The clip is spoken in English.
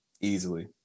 easily